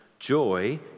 Joy